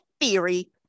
theory